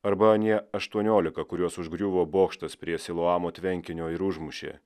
arba anie aštuoniolika kuriuos užgriuvo bokštas prie siloamo tvenkinio ir užmušė